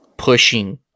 pushing